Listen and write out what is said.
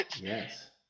Yes